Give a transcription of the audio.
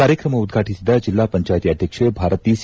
ಕಾರ್ಯಕ್ರಮ ಉದ್ಘಾಟಿಸಿದ ಜಿಲ್ಲಾ ಪಂಚಾಯಿತಿ ಅಧ್ಯಕ್ಷೆ ಭಾರತಿ ಸಿ